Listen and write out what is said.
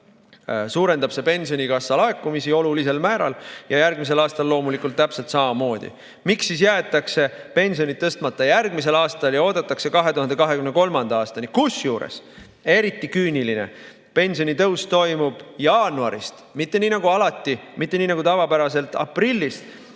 suurendab pensionikassa laekumisi olulisel määral ja järgmisel aastal loomulikult täpselt samamoodi. Miks siis jäetakse pensionid tõstmata järgmisel aastal ja oodatakse 2023. aastani? Kusjuures eriti küüniline on see, et pensionitõus toimub jaanuaris, mitte nii nagu alati, mitte nii nagu tavapäraselt aprillis,